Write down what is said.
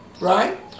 right